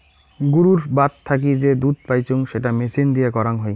গুরুর বাত থাকি যে দুধ পাইচুঙ সেটা মেচিন দিয়ে করাং হই